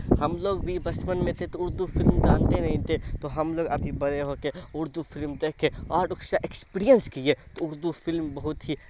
ہم لوگ بھی بچپن میں تھے تو اردو فلم جانتے نہیں تھے تو ہم لوگ ابھی بڑے ہو کے اردو فلم دیکھ کے اور اس سے ایکسپیرینس کیے تو اردو فلم بہت ہی